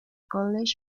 college